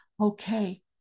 okay